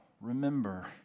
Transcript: remember